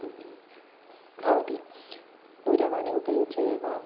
भवति दूरवाणीम् उपयुज्य एव